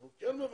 אנחנו כן מבקשים